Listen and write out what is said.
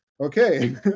Okay